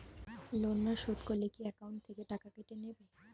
Loan না শোধ করলে কি একাউন্ট থেকে টাকা কেটে নেবে?